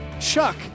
Chuck